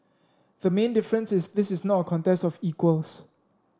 the main difference is this is not a contest of equals